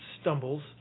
stumbles